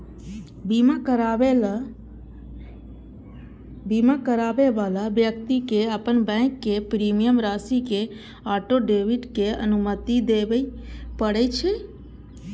बीमा कराबै बला व्यक्ति कें अपन बैंक कें प्रीमियम राशिक ऑटो डेबिट के अनुमति देबय पड़ै छै